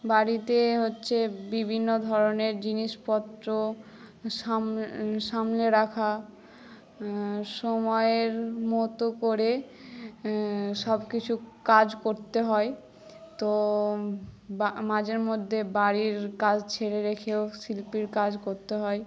বাড়িতে হচ্ছে বিভিন্ন ধরনের জিনিসপত্র সামলে রাখা সময় মতো করে সব কিছু কাজ করতে হয় তো বা মাঝেমধ্যে বাড়ির কাজ ছেড়ে রেখেও শিল্পীর কাজ করতে হয়